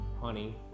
honey